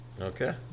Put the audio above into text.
Okay